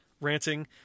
ranting